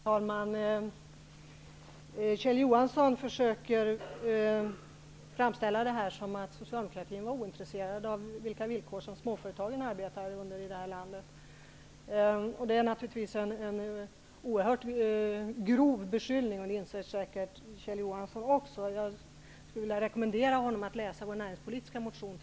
Herr talman! Kjell Johansson försöker framställa det hela så, att Socialdemokraterna skulle vara ointresserade av småföretagens arbetsvillkor i vårt land. Det är naturligtvis en oerhört grov beskyllning. Det inser säkert Kjell Johansson också. Jag rekommenderar honom att t.ex. läsa vår näringspolitiska motion.